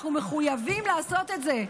אנחנו מחויבים לעשות את זה.